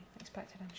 expected